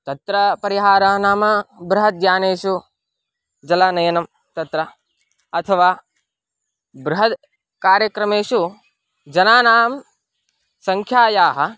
तत्र परिहारो नाम बृहद्यानेषु जलानयनं तत्र अथवा बृहत् कार्यक्रमेषु जनानां संख्यायाः